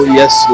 yes